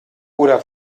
oder